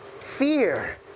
fear